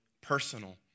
personal